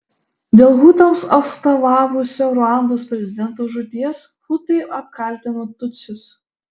dėl hutams atstovavusio ruandos prezidento žūties hutai apkaltino tutsius